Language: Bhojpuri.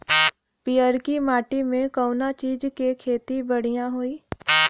पियरकी माटी मे कउना चीज़ के खेती बढ़ियां होई?